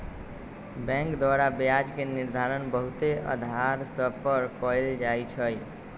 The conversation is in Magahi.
बैंक द्वारा ब्याज के निर्धारण बहुते अधार सभ पर कएल जाइ छइ